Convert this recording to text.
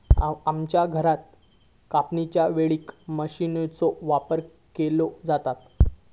आमच्या घरात कापणीच्या वेळेक मशीनचो वापर केलो जाता